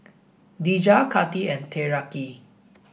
Dejah Katy and Tyreke